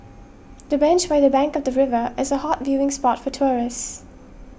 the bench by the bank of the river is a hot viewing spot for tourists